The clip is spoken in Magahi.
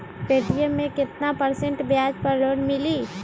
पे.टी.एम मे केतना परसेंट ब्याज पर लोन मिली?